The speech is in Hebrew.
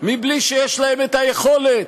מבלי שיש להם את היכולת,